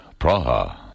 Praha